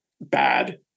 bad